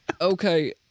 okay